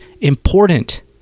important